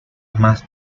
más